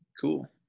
Cool